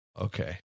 okay